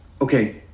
Okay